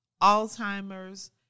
Alzheimer's